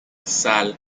sal